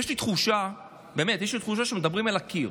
יש לי תחושה שמדברים אל הקיר.